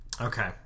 okay